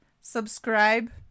subscribe